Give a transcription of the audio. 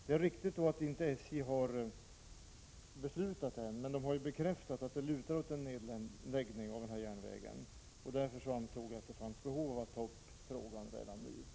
Det är riktigt att SJ ännu inte har beslutat om en nedläggning av järnvägen, men man har bekräftat att det lutar åt det hållet, och därför ansåg jag att det fanns behov av att ta upp frågan redan nu.